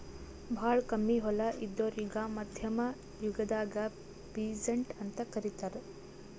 ಭಾಳ್ ಕಮ್ಮಿ ಹೊಲ ಇದ್ದೋರಿಗಾ ಮಧ್ಯಮ್ ಯುಗದಾಗ್ ಪೀಸಂಟ್ ಅಂತ್ ಕರಿತಿದ್ರು